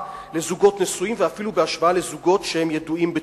לזוגות נשואים ואפילו בהשוואה לזוגות שהם ידועים בציבור.